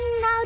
No